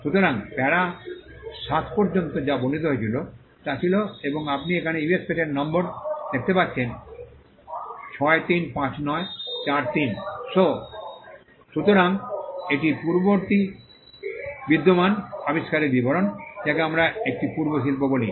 সুতরাং প্যারা 7 পর্যন্ত যা বর্ণিত হয়েছিল তা ছিল এবং আপনি এখানে US পেটেন্ট নম্বর দেখতে পাচ্ছেন 635943 So সুতরাং এটি পূর্ববর্তী বিদ্যমান আবিষ্কারের বিবরণ যাকে আমরা একটি পূর্ব শিল্প বলি